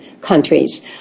countries